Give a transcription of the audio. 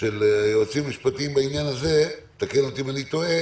של היועצים המשפטיים היא, ותקן אותי אם אני טועה,